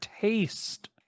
taste